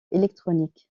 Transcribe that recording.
électronique